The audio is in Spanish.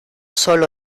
sólo